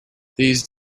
these